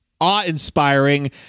awe-inspiring